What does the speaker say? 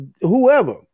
Whoever